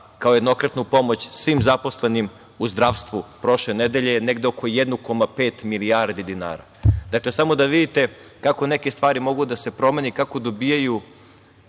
kao jednokratnu pomoć svim zaposlenim u zdravstvu prošle nedelje je negde oko 1,5 milijardi dinara. Dakle, samo da vidite kako neke stvari mogu da se promene i kako dobijaju